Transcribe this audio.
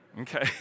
okay